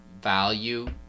value